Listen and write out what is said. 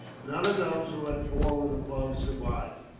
none of those who had fallen above survived,